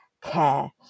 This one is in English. care